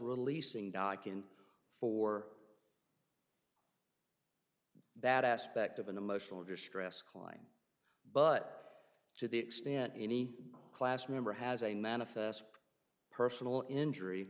doc in for that aspect of an emotional distress climb but to the extent any class member has a manifest personal injury